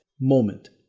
moment